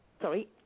Sorry